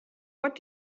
what